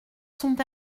sont